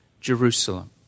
Jerusalem